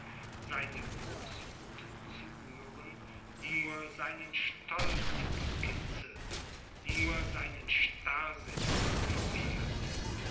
seine großmuth zu rühren nur seinen stolz gekitzelt nur seinen starrsinn vermehrt